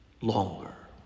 longer